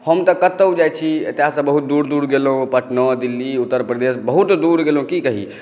हम तऽ कतौ जाइ छी एतयसॅं बहुत दूर दूर गेलहुँ पटना दिल्ली उत्तरप्रदेश बहुत दूर गेलहुँ की कही